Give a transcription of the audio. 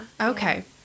Okay